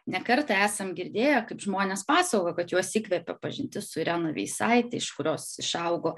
ne kartą esam girdėję kaip žmonės pasakojo kad juos įkvėpė pažintis su irena veisaite iš kurios išaugo